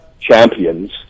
champions